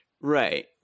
Right